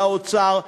לאוצר,